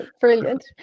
brilliant